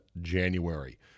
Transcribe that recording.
January